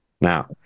Now